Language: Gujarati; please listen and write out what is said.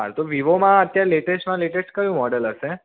હાલ તો વિવોમાં લેટેસ્ટમાં લેટેસ્ટ કયું મોડેલ હશે